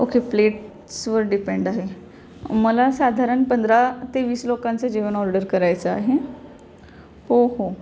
okay प्लेट्सवर depend आहे मला साधारण पंधरा ते वीस लोकांचं जेवण ऑर्डर करायचं आहे हो हो